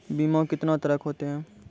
बीमा कितने तरह के होते हैं?